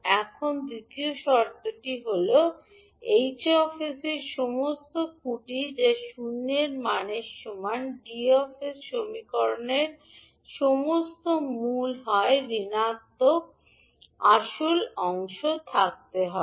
এখন দ্বিতীয় শর্তটি হল H 𝑠 এর সমস্ত খুঁটি যা শূন্যের সমান 𝐷 𝑠 সমীকরণের সমস্ত মূল হয় ণাত্মক আসল অংশ থাকতে হবে